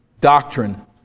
Doctrine